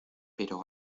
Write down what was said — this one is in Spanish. pero